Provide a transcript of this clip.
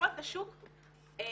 כוחות השוק קובעים.